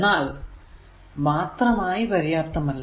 എന്നാൽ മാത്രമായി പര്യാപ്തമല്ല